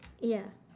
ya